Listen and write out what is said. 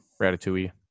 Ratatouille